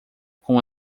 com